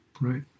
right